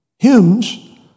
Hymns